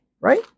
right